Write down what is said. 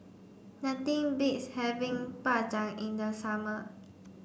nothing beats having Bak Chang in the summer